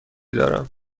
دارم